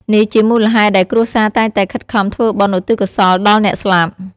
នេះជាមូលហេតុដែលគ្រួសារតែងតែខិតខំធ្វើបុណ្យឧទ្ទិសកុសលដល់អ្នកស្លាប់។